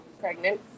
pregnant